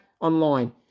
online